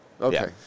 Okay